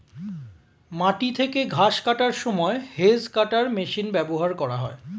মাটি থেকে ঘাস কাটার সময় হেজ্ কাটার মেশিন ব্যবহার করা হয়